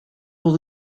oedd